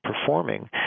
performing